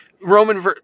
Roman